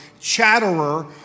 chatterer